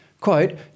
quote